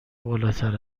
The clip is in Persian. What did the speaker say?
بالاتر